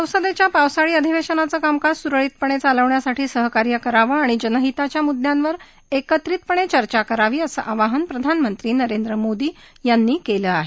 ससंदेच्या पावसाळी अधिवेशनाचं कामकाज सुरळीतपणे चालवण्यासाठी सहकार्य करावं आणि जनहिताच्या मुद्यांवर एकत्रितपणे चर्चा करावी असं आवाहन प्रधानमंत्री नरेंद्र मोदी यांनी केलं आहे